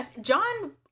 John